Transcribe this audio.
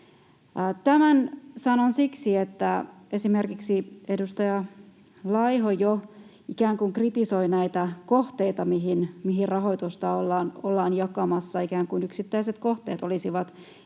Tämän sanon siksi, että esimerkiksi edustaja Laiho jo ikään kuin kritisoi näitä kohteita, mihin rahoitusta ollaan jakamassa, ikään kuin yksittäiset kohteet olisivat